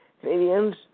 Canadians